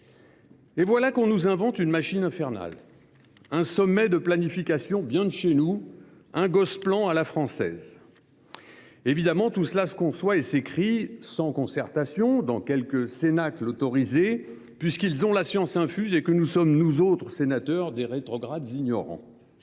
Et voilà que l’on nous invente une machine infernale, un sommet de planification bien de chez nous, un Gosplan à la française. Évidemment, tout cela se conçoit et s’écrit sans concertation, dans quelques cénacles autorisés, où l’on a la science infuse, puisque nous autres sénateurs sommes des ignorants